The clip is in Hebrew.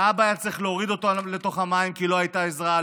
האבא היה צריך להוריד אותו לתוך המים כי לא הייתה עזרה,